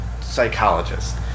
psychologist